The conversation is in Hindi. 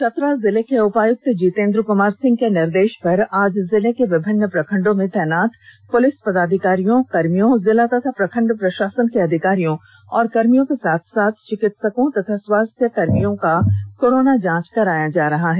चतरा जिले के उपायुक्त जितेन्द्र कुमार सिंह के निर्देष पर आज जिले के विभिन्न प्रखण्डों में तैनात पुलिस पदाधिकारियों कर्मियों जिला तथा प्रखंड प्रशासन के अधिकारियों और कर्मियों के साथ साथ चिकित्सकों और स्वास्थ्य कर्मियों का कोरोना जांच कराया जा रहा है